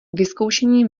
vyzkoušení